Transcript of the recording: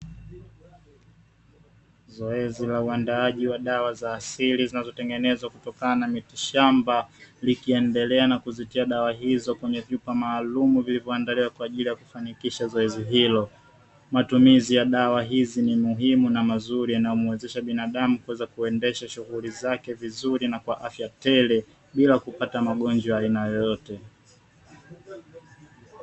Zoezi la uandaaji wa dawa za asili zinazotengenezwa kutokana na miti shamba likiendelea na kuzitia dawa hizo kwenye vyupa maalumu, vilivyoandaliwa kwa ajili ya kufanikisha zoezi hilo. Matumizi ya dawa hizi ni muhimu na mazuri na umuwezesha binadamu kuweza kuendesha shughuli zake vizuri na kwa afya tele, bila kupata magonjwa ya aina yoyote.